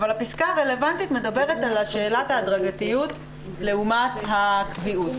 אבל הפסקה הרלוונטית מדברת על שאלת ההדרגתיות לעומת הקביעות.